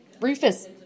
Rufus